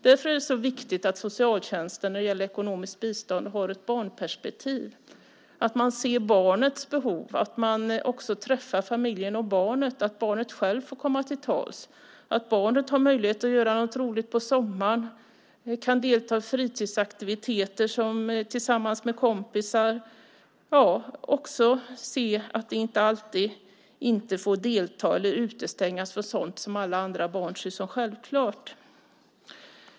Därför är det så viktigt att socialtjänsten när det gäller ekonomiskt bistånd har ett barnperspektiv, att man ser barnets behov, att man träffar familjen och barnet, att barnet självt får komma till tals, att barnet har möjlighet att göra något roligt på sommaren, kan delta i fritidsaktiviteter tillsammans med kompisar och veta att de inte alltid utestängs från sådant som alla andra barn ser som självklart.